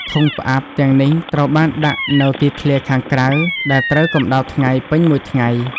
ធុងផ្អាប់ ទាំងនេះត្រូវបានដាក់នៅទីធ្លាខាងក្រៅដែលត្រូវកម្ដៅថ្ងៃពេញមួយថ្ងៃ។